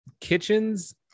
kitchens